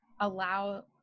allow